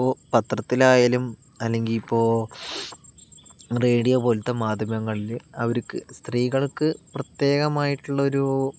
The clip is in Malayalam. ഇപ്പോൾ പത്രത്തിലായാലും അല്ലെങ്കിൽ ഇപ്പോൾ റേഡിയോ പോലത്തെ മാധ്യമങ്ങളിൽ അവർക്ക് സ്ത്രീകൾക്ക് പ്രത്യേകമായിട്ടുള്ളൊരു